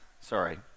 sorry